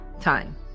time